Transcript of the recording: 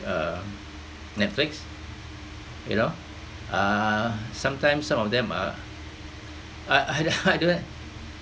uh netflix you know uh sometimes some of them are I I don't have